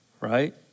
right